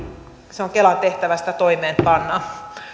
se on kelan tehtävä sitä toimeenpanna